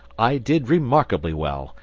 i did remarkably well,